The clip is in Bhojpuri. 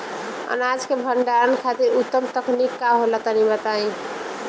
अनाज के भंडारण खातिर उत्तम तकनीक का होला तनी बताई?